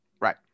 Right